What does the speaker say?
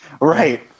Right